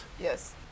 Yes